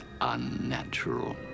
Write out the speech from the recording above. unnatural